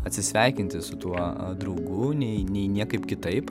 atsisveikinti su tuo draugu nei nei niekaip kitaip